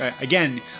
again